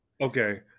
Okay